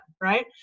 right